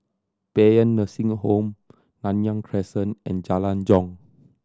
Paean Nursing Home Nanyang Crescent and Jalan Jong